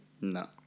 No